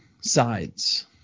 sides